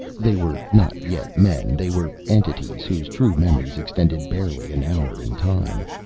they were not yet men they were entities whose true memories extended barely an hour in time.